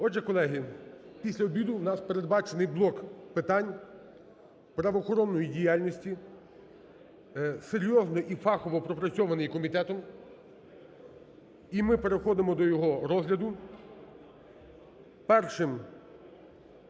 Отже, колеги, після обіду в нас передбачений блок питань правоохоронної діяльності, серйозно і фахово пропрацьований комітетом. І ми переходимо до його розгляду.